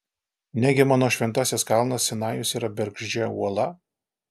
negi mano šventasis kalnas sinajus yra bergždžia uola